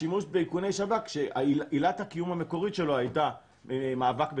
השימוש באיכוני שב"כ שעילת הקיום המקורית שלו הייתה מאבק בטרור,